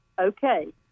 okay